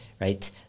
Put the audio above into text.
right